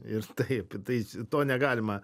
ir taip tai to negalima